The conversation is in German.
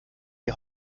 die